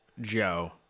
joe